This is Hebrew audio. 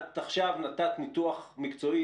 את עכשיו נתת ניתוח מקצועי,